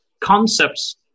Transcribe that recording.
concepts